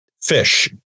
fish